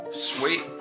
Sweet